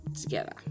together